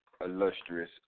illustrious